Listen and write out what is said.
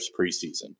preseason